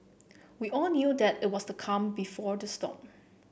we all knew that it was the calm before the storm